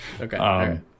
Okay